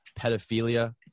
pedophilia